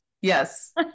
Yes